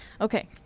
Okay